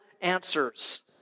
answers